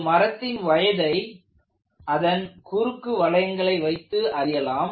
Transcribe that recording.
ஒரு மரத்தின் வயதை அதன் குறுக்கு வளையங்களை வைத்து அறியலாம்